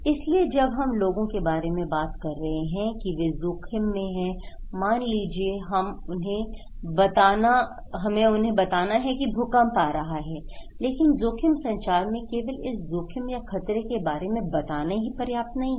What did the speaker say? इसलिए जब हम लोगों के बारे में बात कर रहे हैं कि वे जोखिम में है मान लीजिए कि हम उन्हें बताना है कि भूकंप आ रहा है लेकिन जोखिम संचार मैं केवल इस जोखिम या खतरे के बारे में बताना पर्याप्त नहीं है